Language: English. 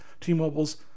T-Mobile's